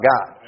God